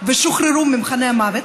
ושוחררו ממחנה המוות,